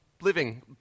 living